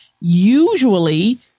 usually